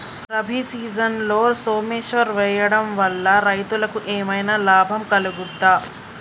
రబీ సీజన్లో సోమేశ్వర్ వేయడం వల్ల రైతులకు ఏమైనా లాభం కలుగుద్ద?